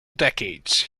decades